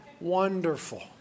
wonderful